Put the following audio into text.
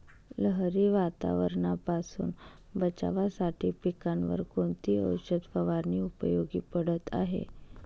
लहरी वातावरणापासून बचावासाठी पिकांवर कोणती औषध फवारणी उपयोगी पडत आहे?